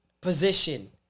position